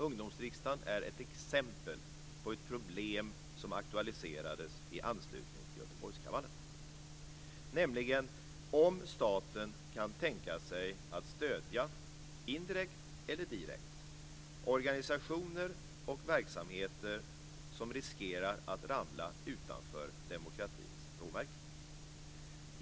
Ungdomsriksdagen är ett exempel på ett problem som aktualiserades i anslutning till Göteborgskravallerna, nämligen om staten kan tänka sig att indirekt eller direkt stödja organisationer och verksamheter som riskerar att ramla utanför demokratins råmärken.